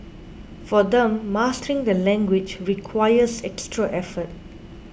for them mastering the language requires extra effort